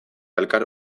elkar